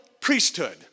priesthood